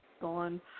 gone